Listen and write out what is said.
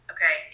Okay